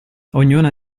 ognuna